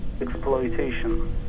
exploitation